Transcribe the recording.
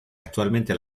actualmente